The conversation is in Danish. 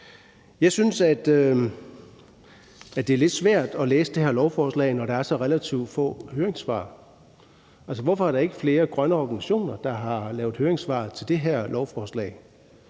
Jeg synes, at det er lidt svært at læse det her lovforslag, når der er så relativt få høringssvar. Hvorfor er der ikke flere grønne organisationer, der har lavet høringssvar til det her lovforslag?